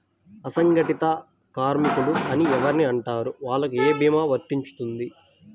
అసంగటిత కార్మికులు అని ఎవరిని అంటారు? వాళ్లకు ఏ భీమా వర్తించుతుంది?